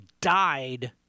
died